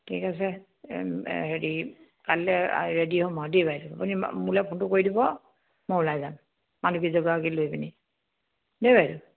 ঠিক আছে হেৰি কাইলে ৰেডি হ'ম আৰু দেই বাইদেউ আপুনি মোলে ফোনটো কৰি দিব মই ওলাই যাম মানুহ গৰাকী লৈ পিনি দেই বাইদেউ